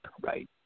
right